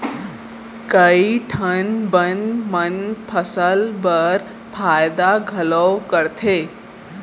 कई ठन बन मन फसल बर फायदा घलौ करथे